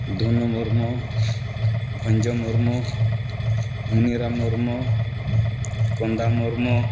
Dhuno Murmu Bhunjo Murmu Muniram Murmu Konda Murmu